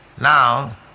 Now